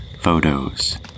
photos